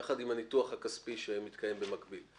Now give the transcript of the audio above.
יחד עם הניתוח הכספי שמתקיים במקביל.